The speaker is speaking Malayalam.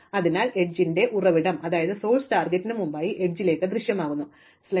അതിനാൽ എഡ്ജിന്റെ ആ ഉറവിടം ടാർഗെറ്റിന് മുമ്പായി എഡ്ജിലേക്ക് ദൃശ്യമാകുന്നു